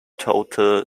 total